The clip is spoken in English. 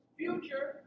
future